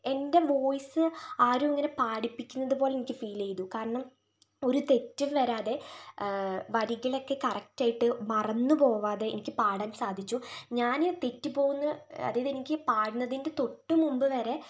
എൻ്റെ വോയ്സ് ആരോ അങ്ങനെ പാടിപ്പിക്കുന്നതുപോലെ എനിക്ക് ഫീൽ ചെയ്തു കാരണം ഒരു തെറ്റും വരാതെ വരികൾ ഒക്കെ കറക്ട് ആയിട്ട് മറന്നുപോവാതെ എനിക്ക് പാടാൻ സാധിച്ചു ഞാൻ തെറ്റിപ്പോകും എന്ന് അതായത് എനിക്ക് പാടുന്നതിൻ്റെ തൊട്ടു മുൻപ് വരെ